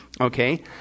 okay